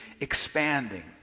expanding